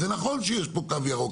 אז זה נכון שיש פה קו ירוק,